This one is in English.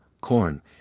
corn